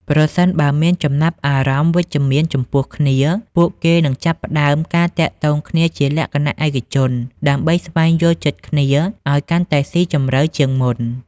ប្រសិនបើមានចំណាប់អារម្មណ៍វិជ្ជមានចំពោះគ្នា ពួកគេនឹងចាប់ផ្តើមការទាក់ទងគ្នាជាលក្ខណៈឯកជន ដើម្បីស្វែងយល់ចិត្តគ្នាឱ្យកាន់តែស៊ីជម្រៅជាងមុន។